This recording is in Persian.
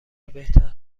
بهتر